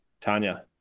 Tanya